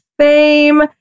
fame